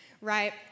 Right